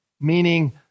meaning